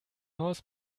haus